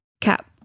Cap